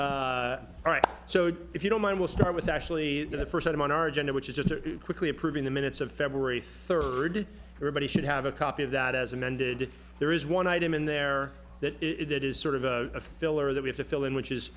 jim all right so if you don't mind we'll start with actually the first item on our agenda which is just quickly approving the minutes of february third everybody should have a copy of that as amended if there is one item in there that it is sort of a filler that we have to fill in which is